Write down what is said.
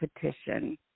petition